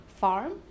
farm